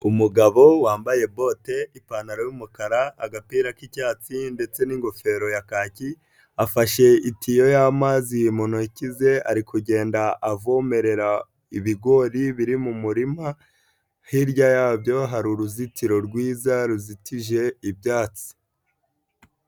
Umugabo wambaye bote, ipantaro y'umukara, agapira k'icyatsi ndetse n'gofero ya kaki, afashe itiyo y'amazi mu ntoki ze, ari kugenda avomerera ibigori biri mu murima, hirya yabyo hari uruzitiro rwiza ruzitije ibyatsi.